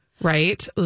Right